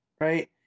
right